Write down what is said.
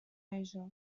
asia